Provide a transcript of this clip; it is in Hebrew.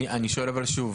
אני שואל שוב,